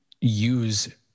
use